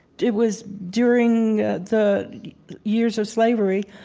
it was during the years of slavery.